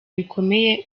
bikomeye